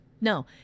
no